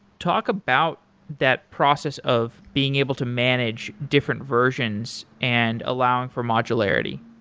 talk about that process of being able to manage different versions and allowing for modularity.